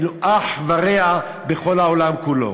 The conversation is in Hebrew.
אין לה אח ורע בכל העולם כולו,